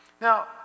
Now